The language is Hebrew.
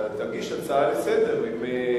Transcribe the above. תגיש הצעה לסדר-היום,